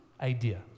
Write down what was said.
idea